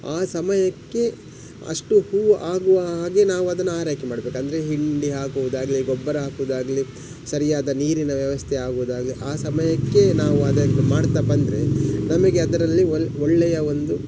ಆ ಸಮಯಕ್ಕೆ ಅಷ್ಟು ಹೂ ಆಗುವ ಹಾಗೆ ನಾವು ಅದನ್ನು ಆರೈಕೆ ಮಾಡಬೇಕು ಅಂದರೆ ಹಿಂಡಿ ಹಾಕೋದಾಗ್ಲಿ ಗೊಬ್ಬರ ಹಾಕೋದಾಗ್ಲಿ ಸರಿಯಾದ ನೀರಿನ ವ್ಯವಸ್ಥೆ ಆಗುದಾಗಲಿ ಆ ಸಮಯಕ್ಕೆ ನಾವು ಅದನ್ನು ಮಾಡುತ್ತಾ ಬಂದರೆ ನಮಗೆ ಅದರಲ್ಲಿ ಒಲ್ ಒಳ್ಳೆಯ ಒಂದು